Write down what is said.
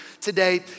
today